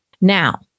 Now